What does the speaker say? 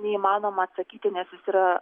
neįmanoma atsakyti nes jis yra